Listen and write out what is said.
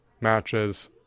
matches